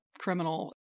criminal